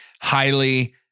Highly